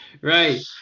Right